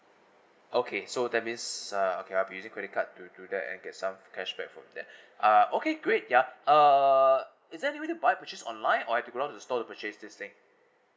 okay so that means uh okay I'm using credit card to do that and get some cashback from there uh okay great yup err is there any way to buy which is online or I have to go down to the store to purchase this thing